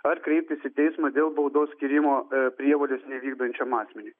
ar kreiptis į teismą dėl baudos skyrimo prievolės nevykdančiam asmeniui